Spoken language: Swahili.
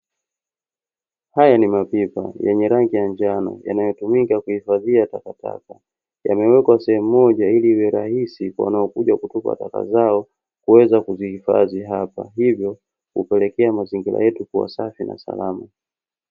Haya ni mapipa yenye rangi ya njano yanayotumika kuhifadhia takataka, yamewekwa sehemu moja ili iwe rahisi kwa wanaokuja kutupa taka zao kuweza kuzihifadhi hapa, hivyo hupelekea mazingira yetu kuwa safi na salama.